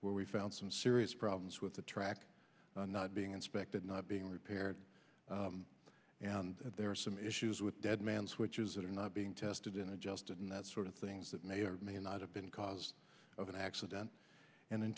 where we found some serious problems with the track not being inspected not being repaired and there are some issues with dead man switches that are not being tested in adjusted and that sort of things that may or may not have been cause of an accident and in